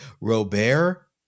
Robert